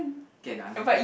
can ah